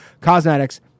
cosmetics